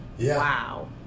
Wow